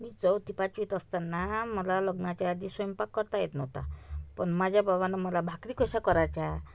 मी चौथीपाचवीत असताना मला लग्नाच्या आधी स्वयंपाक करता येत नव्हता पण माझ्या भावानं मला भाकरी कशा करायच्या